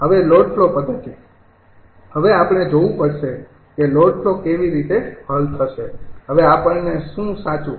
હવે load flow પદ્ધતિ હવે આપણે જોવું પડશે કે લોડ ફ્લો કેવી રીતે હલ થશે હવે આપણને શું સાચું